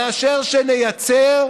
מאשר שנייצא,